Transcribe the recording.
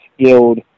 skilled